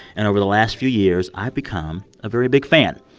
and over the last few years, i've become a very big fan.